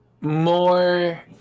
More